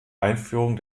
einführung